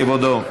כבודו.